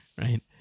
right